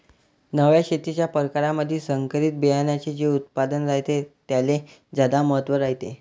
नव्या शेतीच्या परकारामंधी संकरित बियान्याचे जे उत्पादन रायते त्याले ज्यादा महत्त्व रायते